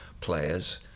players